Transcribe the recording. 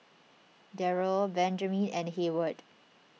Derald Benjiman and Heyward